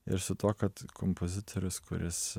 ir su tuo kad kompozitorius kuris